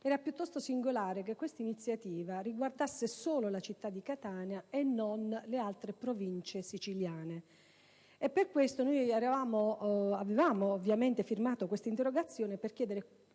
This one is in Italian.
Era piuttosto singolare che questa iniziativa riguardasse solo la città di Catania e non le altre Province siciliane. Per tale ragione avevamo firmato questa interrogazione, cioè per chiedere